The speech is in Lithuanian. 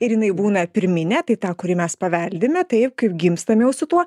ir jinai būna pirminė tai tą kurį mes paveldime taip kaip gimstam jau su tuo